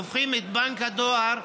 הופכים את בנק הדואר,